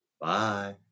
Bye